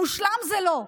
מושלם זה לא,